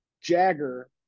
Jagger